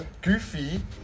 goofy